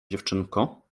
dziewczynko